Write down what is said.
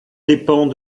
dépend